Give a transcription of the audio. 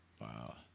Wow